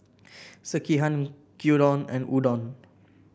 Sekihan Gyudon and Udon